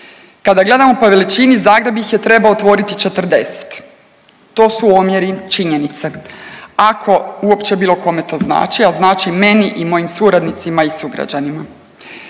Kada gledamo po veličini Zagreb ih je trebao otvoriti 40, to su omjeri i činjenice, ako uopće bilo kome to znači, a znači meni i mojim suradnicima i sugrađanima.